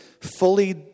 fully